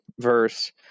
verse